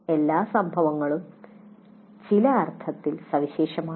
എല്ലാ സംഭവങ്ങളും ചില അർത്ഥത്തിൽ സവിശേഷമാണ്